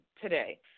today